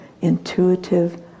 intuitive